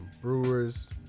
Brewers